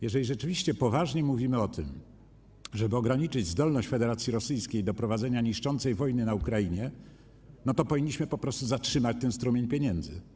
Jeżeli rzeczywiście poważnie mówimy o tym, żeby ograniczyć zdolność Federacji Rosyjskiej do prowadzenia niszczącej wojny na Ukrainie, to powinniśmy po prostu zatrzymać ten strumień pieniędzy.